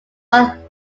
while